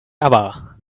aber